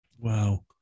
Wow